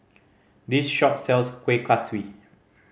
this shop sells Kueh Kaswi